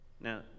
Now